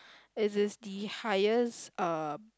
it is the highest uh